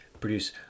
produce